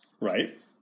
Right